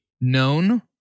known